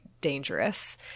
dangerous